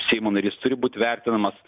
seimo narys turi būt vertinamas